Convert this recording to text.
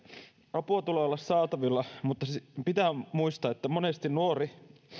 apua tulee olla saatavilla mutta pitää muistaa että monesti nuori